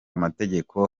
amategeko